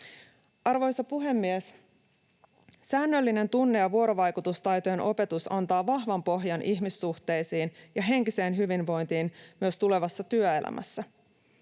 Arvoisa puhemies! Säännöllinen tunne‑ ja vuorovaikutustaitojen opetus antaa vahvan pohjan ihmissuhteisiin ja henkiseen hyvinvointiin myös tulevassa työelämässä.